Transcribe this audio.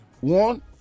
One